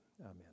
Amen